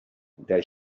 that